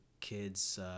kids